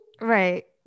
Right